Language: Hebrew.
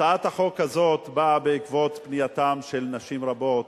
הצעת החוק הזאת באה בעקבות פנייתן של נשים רבות